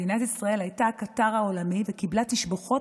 מדינת ישראל הייתה הקטר העולמי וקיבלה תשבחות